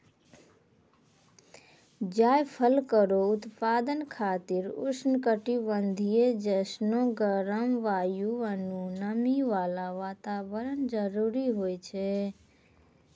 जायफल केरो उत्पादन खातिर उष्ण कटिबंधीय जैसनो गरम जलवायु आरु नमी वाला वातावरण जरूरी होय छै